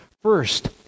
First